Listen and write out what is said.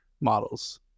models